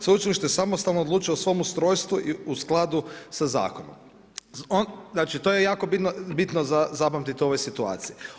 Sveučilište samostalno odlučuje o svom ustrojstvu u skladu sa zakonom.“ Znači to je jako bitno za zapamtim u ovoj situaciji.